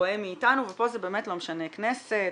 רואה מאיתנו ופה זה באמת לא משנה כנסת,